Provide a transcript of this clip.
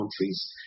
countries